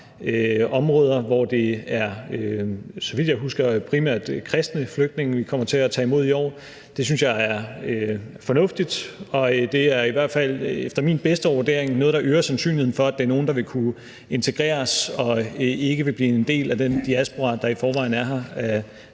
områder, hvor det er, så vidt jeg husker, primært kristne flygtninge. Det synes jeg er fornuftigt, og det er i hvert fald efter min bedste vurdering noget, der øger sandsynligheden for, at det er nogle, der vil kunne integreres og ikke vil blive en del af den diaspora, der i forvejen er her,